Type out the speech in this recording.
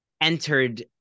entered